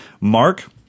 Mark